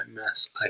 Mass